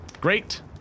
Great